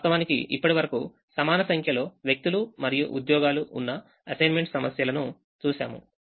వాస్తవానికి ఇప్పటివరకు సమాన సంఖ్యలో వ్యక్తులు మరియు ఉద్యోగాలు ఉన్న అసైన్మెంట్ సమస్యలను చూశాము